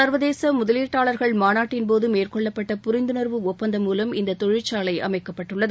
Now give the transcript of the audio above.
சர்வதேச முதலீட்டாளர்கள் மாநாட்டின்போது மேற்கொள்ளப்பட்ட புரிந்துணர்வு ஒப்பந்தம் மூலம் இந்த தொழிற்சாலை அமைக்கப்பட்டுள்ளது